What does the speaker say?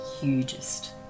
hugest